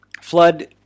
Flood